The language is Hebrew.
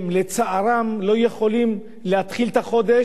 בעיות שלצערם הם לא יכולים להתחיל את החודש,